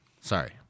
Sorry